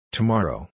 Tomorrow